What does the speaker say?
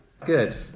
Good